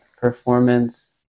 performance